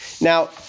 Now